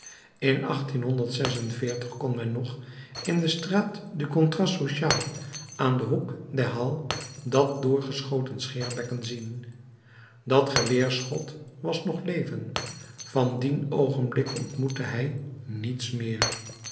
in kon men nog in de straat du contrat social aan den hoek des halles dat doorgeschoten scheerbekken zien dat geweerschot was nog leven van dien oogenblik ontmoette hij niets meer